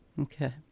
Okay